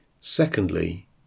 Secondly